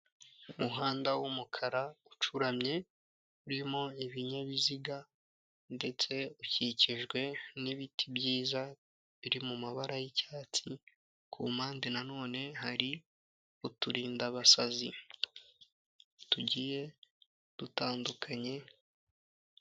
Umuhanda w'umukara ucuramye urimo ibinyabiziga ndetse ukikijwe n'ibiti byiza biri mu mabara y'icyatsi ku mpande nanone hari uturindabasazi tugiye dutandukanye.